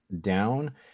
down